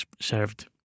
served